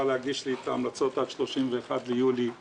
להגיש לי את ההמלצות עד 31 ביולי 2019,